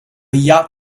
yacht